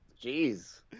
jeez